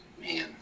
man